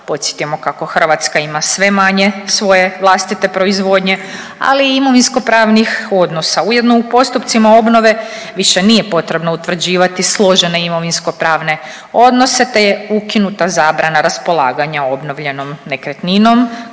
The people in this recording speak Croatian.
podsjetimo kako Hrvatska ima sve manje svoje vlastite proizvodnje, ali i imovinskopravnih odnosa. Ujedno u postupcima obnove više nije potrebno utvrđivati složene imovinskopravne odnose, te je ukinuta zabrana raspolaganja obnovljenom nekretninom,